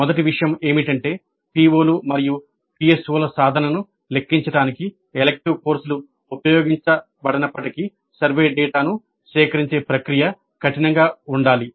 మొదటి విషయం ఏమిటంటే పిఒలు మరియు పిఎస్ఓల సాధనను లెక్కించడానికి ఎలెక్టివ్ కోర్సులు ఉపయోగించబడనప్పటికీ సర్వే డేటాను సేకరించే ప్రక్రియ కఠినంగా ఉండాలి